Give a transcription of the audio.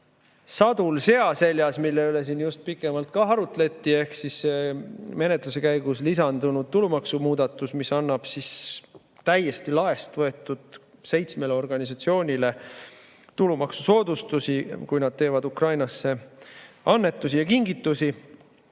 sadul sea seljas, mille üle siin just pikemalt arutleti, ehk menetluse käigus lisandunud tulumaksumuudatus, mis annab täiesti laest võetud seitsmele organisatsioonile tulumaksusoodustusi, kui nad teevad Ukrainasse annetusi ja kingitusi.